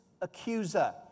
accuser